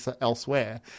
elsewhere